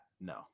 No